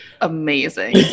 amazing